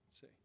See